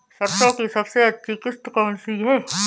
सरसो की सबसे अच्छी किश्त कौन सी है?